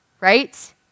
right